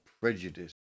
prejudice